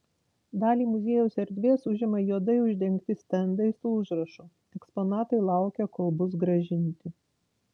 dalį muziejaus erdvės užima juodai uždengti stendai su užrašu eksponatai laukia kol bus grąžinti